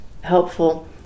helpful